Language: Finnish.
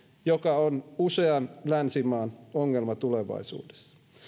joka on usean länsimaan ongelma tulevaisuudessa